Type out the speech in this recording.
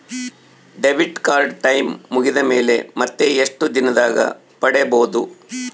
Debit card time ಮುಗಿದ ಮೇಲೆ ಮತ್ತೆ ಎಷ್ಟು ದಿನದಾಗ ಪಡೇಬೋದು?